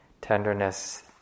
tenderness